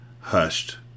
Hushed